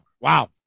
Wow